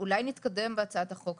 אולי נתקדם בהצעת החוק,